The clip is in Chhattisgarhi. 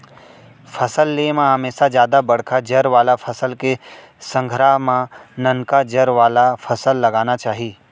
फसल ले म हमेसा जादा बड़का जर वाला फसल के संघरा म ननका जर वाला फसल लगाना चाही